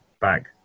back